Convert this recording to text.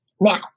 Now